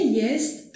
jest